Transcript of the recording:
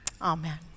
Amen